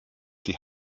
die